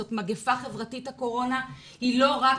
הקורונה היא מגיפה חברתית והיא לא רק